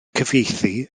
cyfieithu